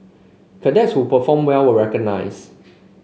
cadets who performed well were recognised